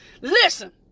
Listen